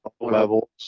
levels